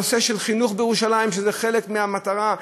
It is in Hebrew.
הנושא של חינוך בירושלים, זה חלק מהמטרה.